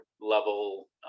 level